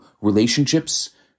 relationships